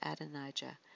Adonijah